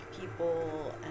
people